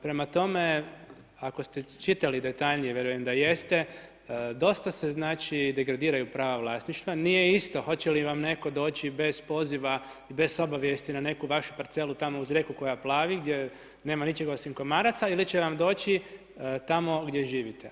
Prema tome, ako ste čitali detaljnije, vjerujem da jeste, dosta se znači degradiraju prava vlasništva, nije isto hoće li vam netko doći bez poziva, bez obavijesti na neku vašu parcelu tamo uz rijeku koja plavi, gdje nema ničega osim komaraca ili će vam doći tamo gdje živite.